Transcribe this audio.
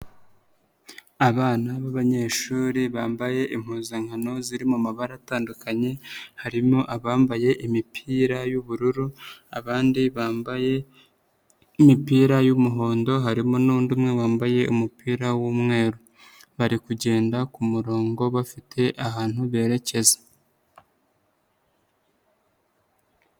Abana b'abanyeshuri bambaye impuzankano ziri mu mabara atandukanye, harimo abambaye imipira y'ubururu, abandi bambaye imipira y'umuhondo, harimo n'undi umwe wambaye umupira w'umweru, bari kugenda ku murongo bafite ahantu berekeza.